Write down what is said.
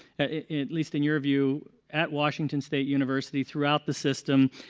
at least in your view at washington state university throughout the system,